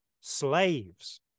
slaves